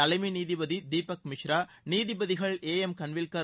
தலைமை நீதிபதி தீபக் மிஸ்ரா நீதிபதிகள் ஏ எம் கன்வில் கள்